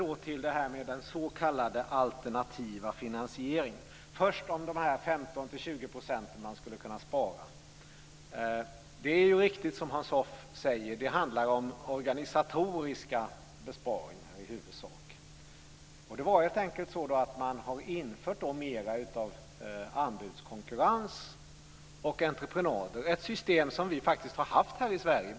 Då går jag över till den s.k. alternativa finansieringen. Först vill jag kommentera de 15-20 % som man skulle kunna spara. Det är ju riktigt som Hans Hoff säger: Det handlar om organisatoriska besparingar i huvudsak. Det är helt enkelt så att man har infört mera av anbudskonkurrens och entreprenader, ett system som vi faktiskt har haft här i Sverige.